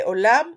בעולם ומלואו.